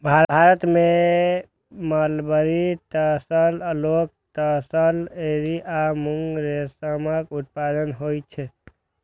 भारत मे mulberry, tasar, oak tasar, eri आ मूंगा रेशमक उत्पादन होइ छै